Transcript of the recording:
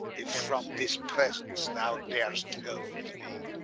if from this presence thou dar'st goe with me